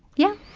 yeah